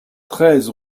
treize